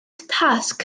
tasg